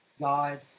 God